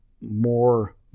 more